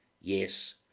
Yes